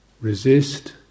resist